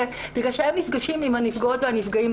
בגלל שהם נפגשים עם הנפגעות והנפגעים.